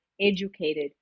educated